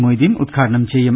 മൊയ്തീൻ ഉദ്ഘാടനം ചെയ്യും